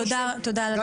תודה על הדברים.